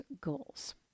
goals